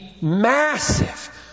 massive